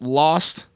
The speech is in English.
lost